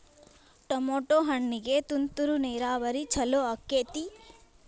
Tomato ಹಣ್ಣಿಗೆ ತುಂತುರು ನೇರಾವರಿ ಛಲೋ ಆಕ್ಕೆತಿ?